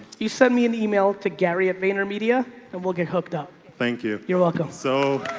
you send me an email to gary at vaynermedia and we'll get hooked up. thank you. you're welcome. so